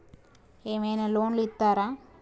ఏమైనా లోన్లు ఇత్తరా?